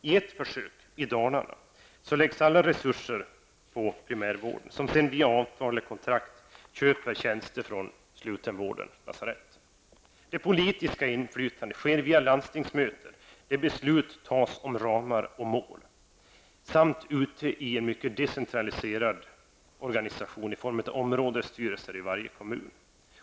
I ett försök i Dalarna läggs alla resurser på primärvården som sedan via avtal eller kontrakt köper tjänster från slutenvården vid lasaretten. Det politiska inflytandet sker via landstingsmötet, där besluten fattas om ramar och mål, samt ute i en mycket decentraliserad organisation i form av områdesstyrelser i varje kommun.